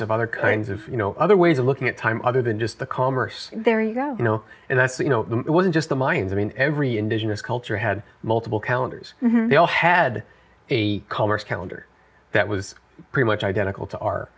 of other kinds of you know other ways of looking at time other than just the commerce there you go you know and that's the you know it wasn't just the mines i mean every indigenous culture had multiple calendars they all had a colors calendar that was pretty much identical to our